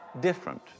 different